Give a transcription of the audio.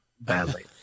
badly